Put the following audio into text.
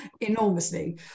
enormously